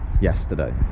yesterday